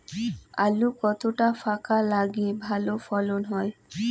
আলু কতটা ফাঁকা লাগে ভালো ফলন হয়?